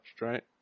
right